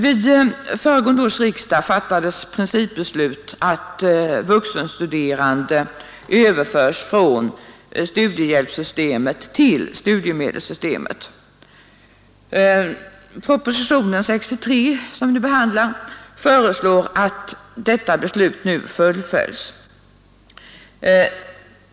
Vid föregående års riksdag fattades principbeslut om att vuxenstuderande överförs från studiehjälpssystemet till studiemedelssystemet. Propositionen 63 föreslår att beslutet nu fullföljs.